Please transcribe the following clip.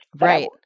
Right